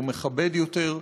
הוא מכבד יותר.